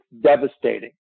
devastating